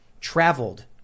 traveled